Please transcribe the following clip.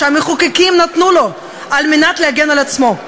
שהמחוקקים נתנו לו כדי להגן על עצמו?